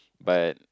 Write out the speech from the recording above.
but